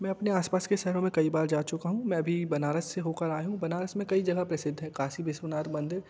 मैं अपने आसपास के शहरों में कई बार जा चुका हूँ मैं अभी बनारस से होकर आया हूँ बनारस में कई जगह प्रसिद्ध है काशी विश्वनाथ मंदिर